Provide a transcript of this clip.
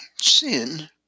Sin